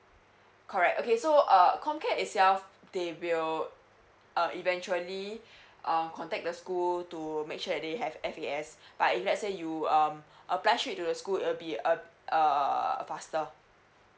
correct okay so uh comcare itself they will uh eventually uh contact the school to make sure that they have F_A_S but if let's say you um apply straight to the school will be uh err faster